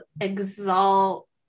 Exalt